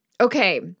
Okay